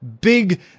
big